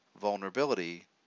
vulnerability